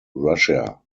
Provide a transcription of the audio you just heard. russia